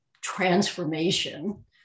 transformation